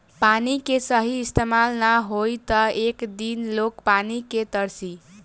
पानी के सही इस्तमाल ना होई त एक दिन लोग पानी के तरसी